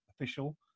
official